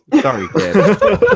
Sorry